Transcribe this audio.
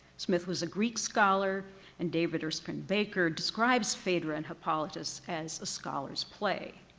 smith was a greek scholar and david erskine baker describes phaedra and hippolytus as a scholar's play.